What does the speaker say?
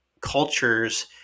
cultures